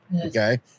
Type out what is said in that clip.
okay